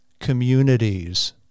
communities